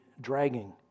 dragging